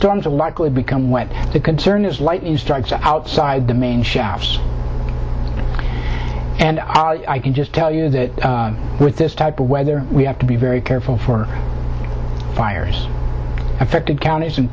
storms are likely become when the concern is lightning strikes outside the main shafts and i can just tell you that with this type of weather we have to be very careful for fires affected counties and